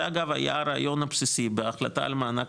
זה אגב היה הרעיון הבסיסי בהחלטה על מענק